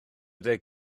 deg